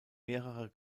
mehrerer